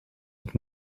het